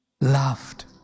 loved